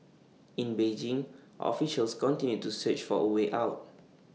in Beijing officials continue to search for A way out